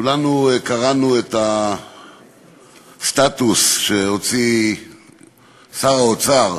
כולנו קראנו את הסטטוס שהוציא שר האוצר,